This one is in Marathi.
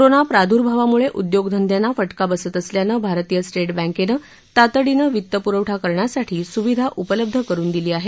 कोरोना प्रादुर्भावामुळे उदयोग धंदयांना फटका बसत असल्याने भारतीय स्टेट बँकेने तातडीने वित्त प्रवठा करण्यासाठी स्विधा उपलब्ध करून दिली आहे